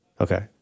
Okay